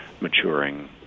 maturing